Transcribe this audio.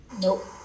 Nope